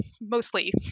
mostly